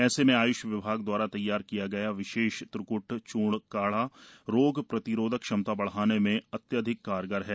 ऐसे में आयुष विभाग दवारा तैयार किया गया विशेष त्रिकुट चूर्ण काढ़ा रोग प्रतिरोधक क्षमता बढ़ाने में अत्यधिक कारगर है